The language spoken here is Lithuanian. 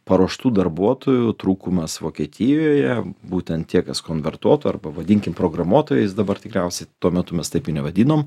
paruoštų darbuotojų trūkumas vokietijoje būtent tie kas konvertuotų ar pavadinkim programuotojais dabar tikriausiai tuo metu mes taip jų nevadinom